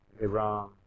Iran